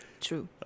true